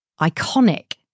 iconic